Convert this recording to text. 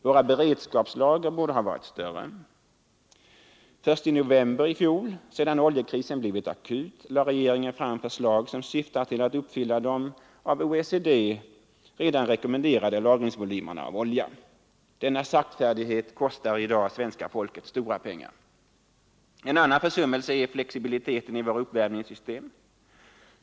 Våra beredskapslager borde ha varit större. Först i november i fjol, sedan oljekrisen blivit akut, lade regeringen fram förslag som syftar till att uppfylla den av OECD redan rekommenderade lagringsvolymen av olja. Denna senfärdighet kostar i dag svenska folket stora pengar. En annan försummelse gäller flexibiliteten i våra uppvärmningssystem.